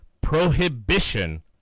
prohibition